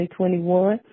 2021